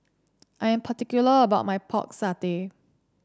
I am particular about my Pork Satay